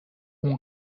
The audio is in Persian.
اون